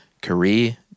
Career